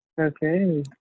okay